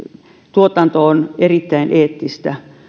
tuotanto on erittäin eettistä